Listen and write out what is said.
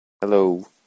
Hello